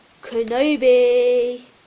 Kenobi